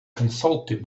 consulted